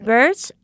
Birds